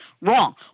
Wrong